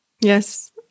Yes